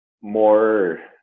more